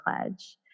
pledge